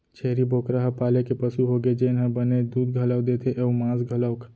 छेरी बोकरा ह पाले के पसु होगे जेन ह बने दूद घलौ देथे अउ मांस घलौक